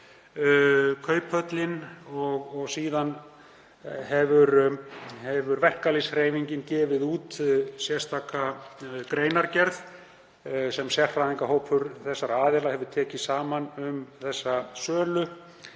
Kauphöllin, og síðan hefur verkalýðshreyfingin gefið út sérstaka greinargerð sem sérfræðingahópur þessara aðila hefur tekið saman um söluna